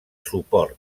suport